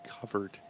covered